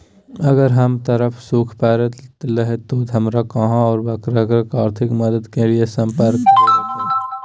अगर हमर तरफ सुखा परले है तो, हमरा कहा और ककरा से आर्थिक मदद के लिए सम्पर्क करे होतय?